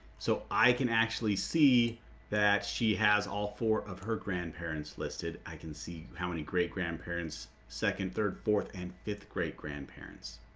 so i can actually see that she has all four of her grandparents listed i can see how many great-grandparents, second, third, fourth, and fifth great-grandparents.